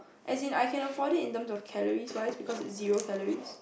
as I can afford it in terms of calories wise because it is zero calories